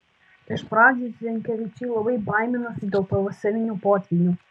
iš pradžių zenkevičiai labai baiminosi dėl pavasarinių potvynių